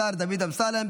השר דוד אמסלם,